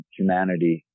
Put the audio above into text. humanity